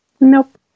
Nope